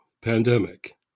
pandemic